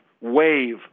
wave